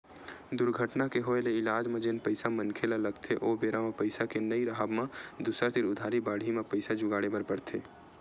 दुरघटना के होय ले इलाज म जेन पइसा मनखे ल लगथे ओ बेरा म पइसा के नइ राहब म दूसर तीर उधारी बाड़ही म पइसा जुगाड़े बर परथे